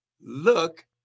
look